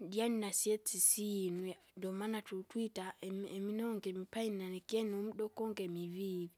Jiani nasyesi sisinwe, ndomana tutwita imi- iminongi imipaina nikyene umda ukungi mivivi.